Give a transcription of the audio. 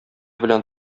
белән